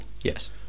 yes